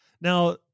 Now